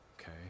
okay